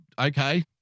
okay